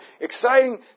exciting